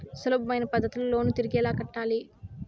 సులభమైన పద్ధతిలో లోను తిరిగి ఎలా కట్టాలి